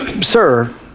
Sir